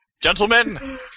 Gentlemen